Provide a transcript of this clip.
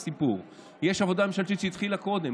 יש עבודה ממשלתית שהתחילה קודם,